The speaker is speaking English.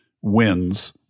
wins